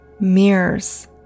mirrors